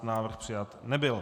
Návrh přijat nebyl.